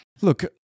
Look